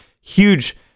huge